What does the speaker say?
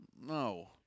No